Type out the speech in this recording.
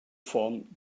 form